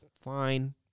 fine